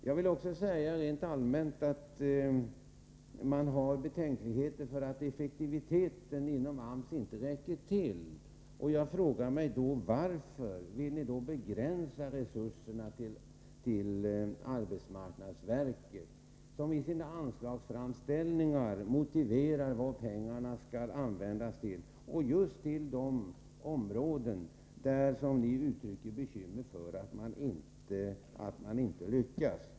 Jag vill också rent allmänt säga att det finns farhågor för att effektiviteten inom AMS inte räcker till. Jag frågar mig: Varför vill ni då begränsa resurserna till arbetsmarknadsverket? Arbetsmarknadsverket motiverar i sina anslagsframställningar vad pengarna skall användas till, nämligen till just de områden för vilka ni uttrycker bekymmer att man inte skall lyckas.